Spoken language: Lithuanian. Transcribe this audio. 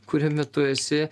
kuriame tu esi